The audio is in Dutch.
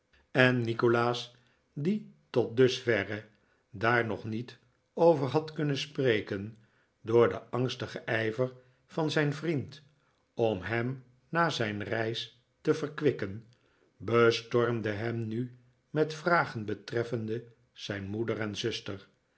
en nikolaas die tot dusverre daar nog niet over had kunnen spreken door den angstigen ijver van zijn vriend om hem na zijn reis te verkwikken bestormde hem nu met vragen betreffende zijn moeder en zuster